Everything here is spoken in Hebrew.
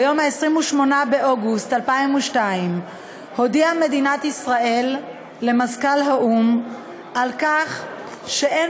ביום 28 באוגוסט 2002 הודיעה מדינת ישראל למזכ״ל האו"ם על כך שאין